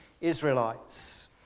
Israelites